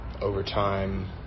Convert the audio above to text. overtime